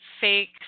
fake